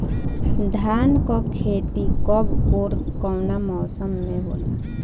धान क खेती कब ओर कवना मौसम में होला?